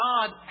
God